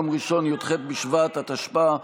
יום ראשון י"ח בשבט התשפ"א,